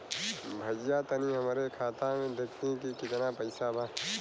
भईया तनि हमरे खाता में देखती की कितना पइसा बा?